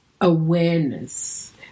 awareness